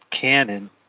canon